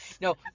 No